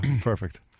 perfect